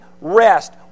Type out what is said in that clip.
rest